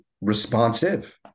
responsive